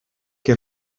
que